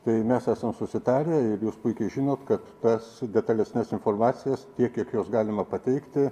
tai mes esam susitarę ir jūs puikiai žinom kad tas detalesnes informacijas tiek kiek jos galima pateikti